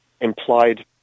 implied